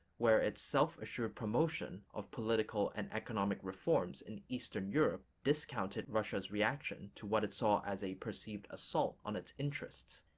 where its self-assured promotion of political and economic reforms in eastern europe discounted russia's reaction to what it saw as a perceived assault on its interests,